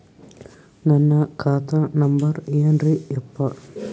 ನನ್ನ ಖಾತಾ ನಂಬರ್ ಏನ್ರೀ ಯಪ್ಪಾ?